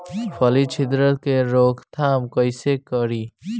फली छिद्रक के रोकथाम कईसे करी?